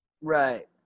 Right